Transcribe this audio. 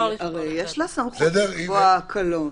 יש לה סמכות לקבוע הקלות.